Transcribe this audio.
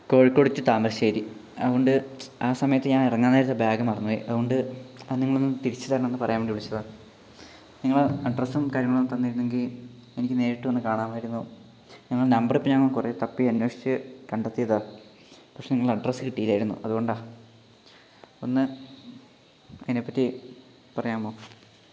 Kozhikode to Thamarassery അതുകൊണ്ട് ആ സമയത്ത് ഞാൻ ഇറങ്ങാൻ നേരത്ത് ബാഗ് മറന്നുപോയി അതുകൊണ്ട് അതു നിങ്ങളൊന്ന് തിരിച്ചു തരണം എന്നു പറയാൻ വേണ്ടി വിളിച്ചതാണ് നിങ്ങളെ അഡ്രസ്സും കാര്യങ്ങളും ഒന്നു തന്നിരുന്നെങ്കിൽ എനിക്ക് നേരിട്ട് വന്നു കാണാമായിരുന്നു നിങ്ങളെ നമ്പറ് ഇപ്പോൾ ഞാൻ കുറേ തപ്പി അന്വേഷിച്ചു കണ്ടെത്തിയതാണ് പക്ഷെ നിങ്ങളെ അഡ്രസ്സ് കിട്ടിയില്ലായിരുന്നു അതുകൊണ്ടാണ് ഒന്ന് അതിനെപ്പറ്റി പറയാമോ